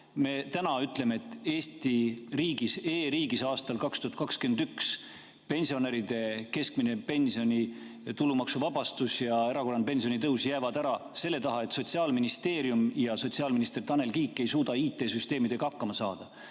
me täna ütleme, et Eesti riigis, e‑riigis aastal 2021 pensionäride keskmise pensioni tulumaksuvabastus ja erakorraline pensionitõus jäävad ära selle tõttu, et Sotsiaalministeerium ja sotsiaalminister Tanel Kiik ei suuda IT‑süsteemidega hakkama saada?